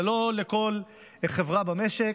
זה לא על כל חברה במשק.